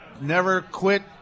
never-quit